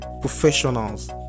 professionals